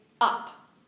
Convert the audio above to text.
up